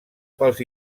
pels